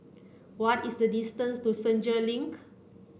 what is the distance to Senja Link